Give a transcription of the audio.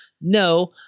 No